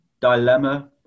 dilemma